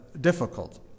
difficult